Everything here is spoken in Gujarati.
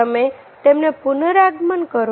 તમે તેમને પુનરાગમન કરો